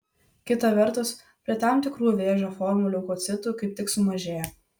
kita vertus prie tam tikrų vėžio formų leukocitų kaip tik sumažėja